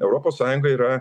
europos sąjunga yra